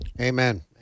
amen